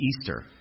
Easter